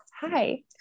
Hi